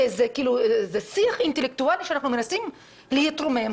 זה שיח אינטלקטואלי שאנחנו מנסים להתרומם,